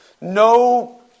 no